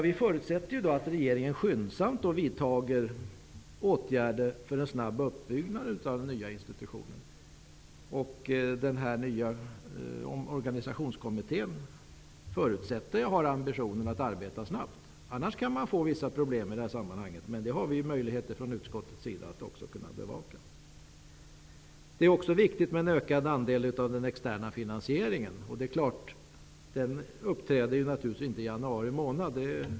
Vi förutsätter att regeringen skyndsamt vidtar åtgärder för en snabb uppbyggnad av den nya institutionen och att den nya organisationskommittén har ambitionen att arbeta snabbt. Annars kan det bli vissa problem. Men detta har vi från utskottets sida möjligheter att bevaka. Det är också viktigt med en ökad andel av den externa finansieringen. Självfallet uppträder inte en sådan i januari månad.